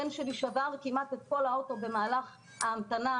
הבן שלי שבר את כל האוטו במהלך ההמתנה.